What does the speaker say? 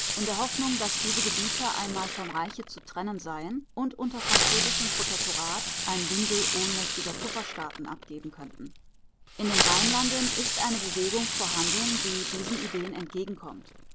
in der hoffnung daß diese gebiete einmal vom reiche zu trennen seien und unter französischem protektorat ein bündel ohnmächtiger pufferstaaten abgeben könnten in den rheinlanden ist eine bewegung vorhanden die diesen ideen entgegenkommt